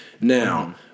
Now